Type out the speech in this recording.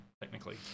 technically